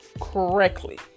correctly